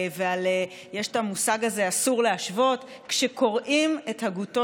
יש את המושג הזה "אסור להשוות"; כשקוראים את הגותו